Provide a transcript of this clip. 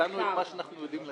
נתנו את מה שאנחנו יודעים לתת.